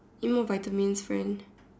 eat more vitamins friend